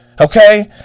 Okay